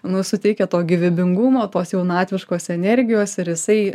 nu suteikia to gyvybingumo tos jaunatviškos energijos ir jisai